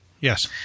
Yes